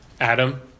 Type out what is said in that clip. Adam